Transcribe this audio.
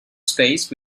space